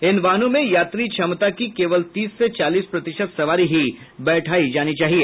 इन वाहनों में यात्री क्षमता की केवल तीस से चालीस प्रतिशत सवारी ही बैठायी जानी चाहिए